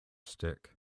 stick